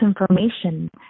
information